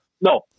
No